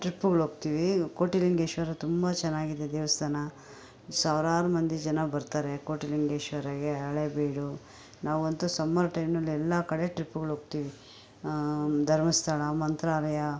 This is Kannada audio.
ಟ್ರಿಪ್ಪುಗಳೋಗ್ತೀವಿ ಕೋಟಿಲಿಂಗೇಶ್ವರ ತುಂಬ ಚೆನ್ನಾಗಿದೆ ದೇವಸ್ಥಾನ ಸಾವಿರಾರು ಮಂದಿ ಜನ ಬರ್ತಾರೆ ಕೋಟಿಲಿಂಗೇಶ್ವರಕ್ಕೆ ಹಳೇಬಿಡು ನಾವಂತು ಸಮ್ಮರ್ ಟೈಮ್ನಲ್ಲೆಲ್ಲ ಕಡೆ ಟ್ರಿಪ್ಪುಗಳೋಗ್ತೀವಿ ಧರ್ಮಸ್ಥಳ ಮಂತ್ರಾಲಯ